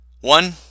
One